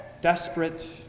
desperate